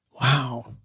Wow